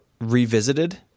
revisited